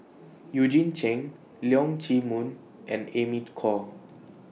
Eugene Chen Leong Chee Mun and Amy Khor